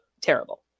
terrible